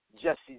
Jesse